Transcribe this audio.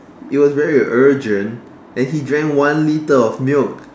it was very urgent and he drank one litre of milk